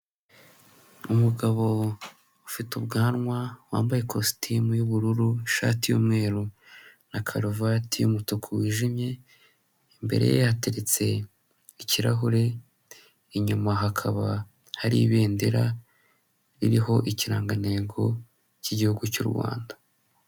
Umugabo ufite ubwanwa, wambaye kositimu y'ubururu ishati y'umweru na karuvati y'umutuku wijimye, imbere ye hateretse ikirahure, inyuma hakaba hari ibendera ririho ikirangantego cy'Igihugu cy'u Rwanda.